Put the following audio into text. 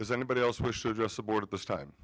does anybody else wish to address the board at this time